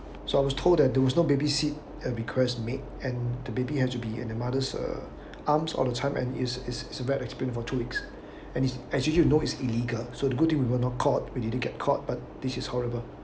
so I was told that there was no baby seat have request to made and the baby have to be in her mother's uh arms all the time and is is a bad experience for two weeks and is actually you know is illegal so the good thing we were not caught we didn't get caught but this is horrible